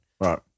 Right